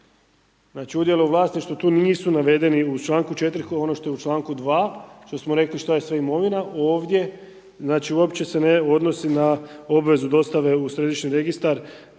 udjeli u vlasništvu tu nisu navedeni u članku 4. ko ono što je u članku 2. što smo rekli što je sve imovina, ovdje uopće se ne odnosi na obvezu dostave u središnji registar